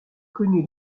connu